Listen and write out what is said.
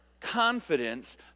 confidence